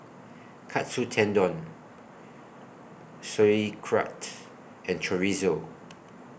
Katsu Tendon Sauerkraut and Chorizo